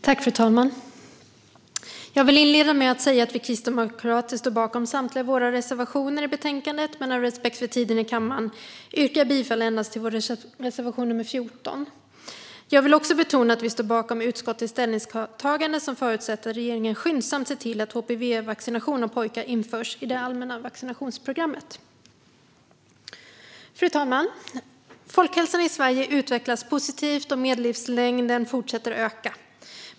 Fru talman! Jag vill inleda med att säga att vi kristdemokrater står bakom samtliga våra reservationer i betänkandet, men av respekt för tiden i kammaren yrkar jag bifall endast till vår reservation nr 14. Jag vill också betona att vi står bakom utskottets ställningstagande, som förutsätter att regeringen skyndsamt ser till att HPV-vaccination av pojkar införs i det allmänna vaccinationsprogrammet. Fru talman! Folkhälsan i Sverige utvecklas positivt, och medellivslängden fortsätter att öka.